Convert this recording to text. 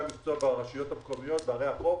המקצוע ברשויות המקומיות בערי החוף.